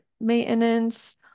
maintenance